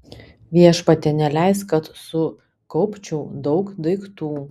viešpatie neleisk kad sukaupčiau daug daiktų